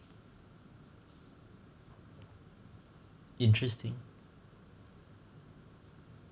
interesting